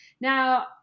Now